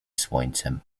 słońcem